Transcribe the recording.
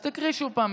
אז תקריא שוב את